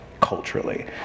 culturally